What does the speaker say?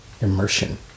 Immersion